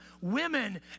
women